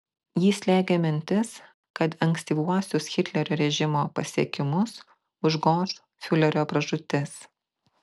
jį slėgė mintis kad ankstyvuosius hitlerio režimo pasiekimus užgoš fiurerio pražūtis